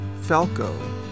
Falco